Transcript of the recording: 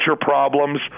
problems